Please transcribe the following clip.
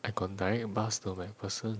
I got direct bus to macpherson